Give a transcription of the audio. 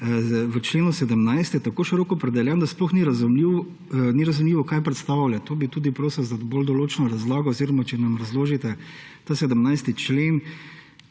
v členu 17 je tako široko opredeljen, da sploh ni razumljivo, kaj predstavlja. To bi prosil za dovolj določno razlago oziroma če nam razložite ta 17. člen,